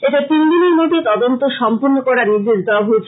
এতে তিনদিনের মধ্যে তদন্ত সম্পন্ন করার নির্দেশ দেওয়া হয়েছে